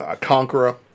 Conqueror